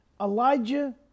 Elijah